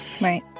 right